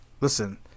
Listen